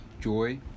joy